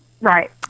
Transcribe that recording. Right